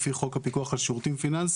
לפי חוק הפיקוח על שירותים פיננסיים.